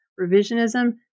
Revisionism